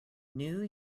new